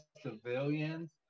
civilians